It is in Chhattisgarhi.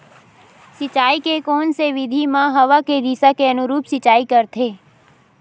सिंचाई के कोन से विधि म हवा के दिशा के अनुरूप सिंचाई करथे?